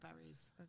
berries